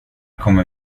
kommer